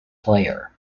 player